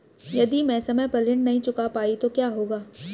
यदि मैं समय पर ऋण नहीं चुका पाई तो क्या होगा?